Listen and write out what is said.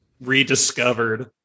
rediscovered